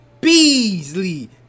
Beasley